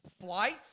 Flight